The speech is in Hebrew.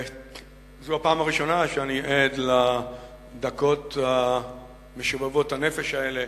זו לא פעם ראשונה שאני עד לדקות משובבות הנפש האלה.